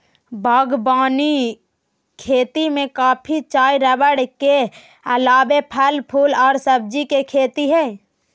बागवानी खेती में कॉफी, चाय रबड़ के अलावे फल, फूल आर सब्जी के खेती हई